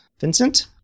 Vincent